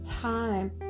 time